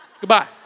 Goodbye